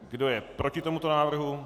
Kdo je proti tomuto návrhu?